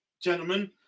gentlemen